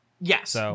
Yes